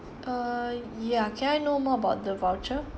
uh ya can I know more about the voucher